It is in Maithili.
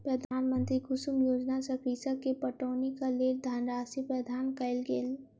प्रधानमंत्री कुसुम योजना सॅ कृषक के पटौनीक लेल धनराशि प्रदान कयल गेल